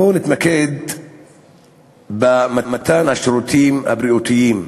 בואו נתמקד במתן השירותים הבריאותיים,